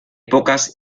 pocas